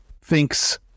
thinks